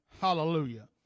Hallelujah